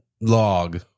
log